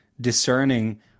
discerning